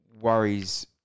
worries